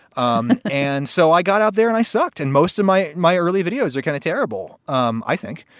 um and so i got out there and i sucked. and most of my my early videos are kind of terrible. um i think,